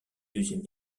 deuxième